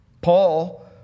Paul